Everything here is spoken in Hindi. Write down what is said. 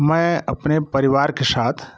मैं अपने परिवार के साथ